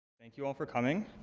thank you all for coming.